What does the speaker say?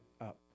up